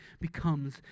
becomes